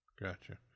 Gotcha